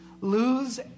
Lose